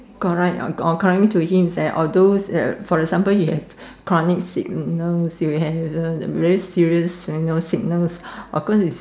correct according to him is like although uh for the example he have chronic sickness if he have the very serious you know sickness of course it's